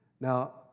Now